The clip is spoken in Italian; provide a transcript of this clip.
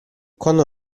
quando